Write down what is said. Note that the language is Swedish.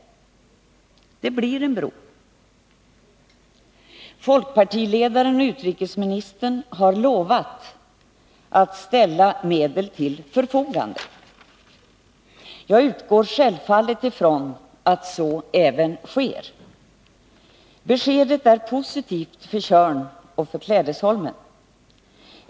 Det blir en bro. Folkpartiledaren-utrikesministern har lovat att ställa medel till förfogande. Beskedet är positivt för Tjörn och för Klädesholmen.